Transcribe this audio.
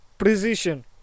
Precision